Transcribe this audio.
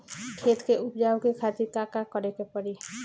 खेत के उपजाऊ के खातीर का का करेके परी?